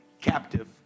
captive